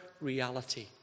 reality